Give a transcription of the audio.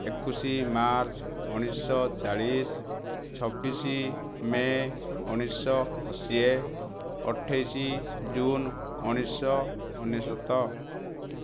ଏକୋଇଶ ମାର୍ଚ୍ଚ ଉଣେଇଶହ ଚାଳିଶ ଛବିଶ ମେ ଉଣେଇଶହ ଅଶୀ ଅଠେଇଶ ଜୁନ ଉଣେଇଶହ ଅନେଶ୍ୱତ